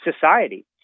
society